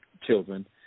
children